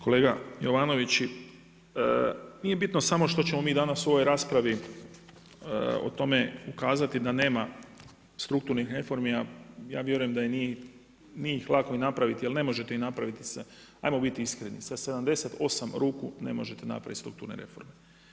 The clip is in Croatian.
Kolega Jovanović, nije bitno samo što ćemo mi danas u ovoj raspravi o tome ukazati da nema strukturnih reformi, a vjerujem da nije ih lako i napraviti, jer ne možete napraviti hajmo bit iskreni sa 78 ruku ne možete napravit strukturne reforme.